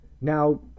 Now